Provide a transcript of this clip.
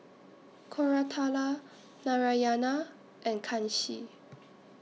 Koratala Narayana and Kanshi